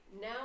Now